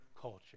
culture